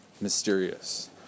mysterious